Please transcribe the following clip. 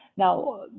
Now